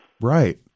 Right